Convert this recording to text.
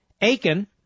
Aiken